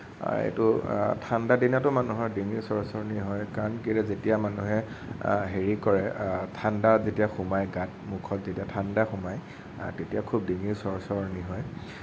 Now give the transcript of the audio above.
এইটো ঠাণ্ডা দিনতো মানুহৰ ডিঙিৰ চৰ্চৰণী হয় কাৰণ কেলে যেতিয়া মানুহে হেৰি কৰে ঠাণ্ডা যেতিয়া সোমাই গাত মুখত যেতিয়া ঠাণ্ডা সোমাই তেতিয়া খুব ডিঙিৰ চৰচৰনি হয়